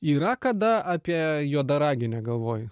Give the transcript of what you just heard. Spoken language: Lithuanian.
yra kada apie juodaragį negalvoji